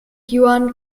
juan